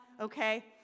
Okay